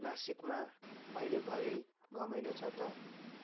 नासिकमा अहिलेभरे घमाइलो छ त